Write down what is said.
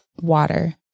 Water